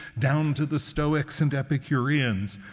down to the stoics and epicureans.